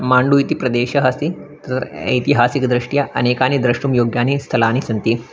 माण्डु इति प्रदेशः अस्ति तत्र ऐतिहासिकदृष्ट्या अनेकानि द्रष्टुं योग्यानि स्थलानि सन्ति